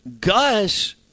Gus